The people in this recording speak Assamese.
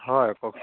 হয় কওক